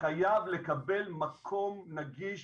חייב לקבל מקום נגיש,